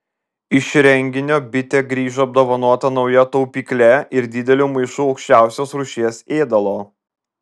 iš renginio bitė grįžo apdovanota nauja taupykle ir dideliu maišu aukščiausios rūšies ėdalo